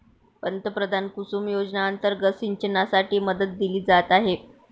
पंतप्रधान कुसुम योजना अंतर्गत सिंचनासाठी मदत दिली जात आहे